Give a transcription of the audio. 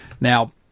Now